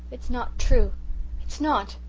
it's not true it's not,